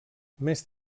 més